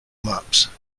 maps